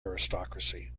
aristocracy